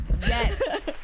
Yes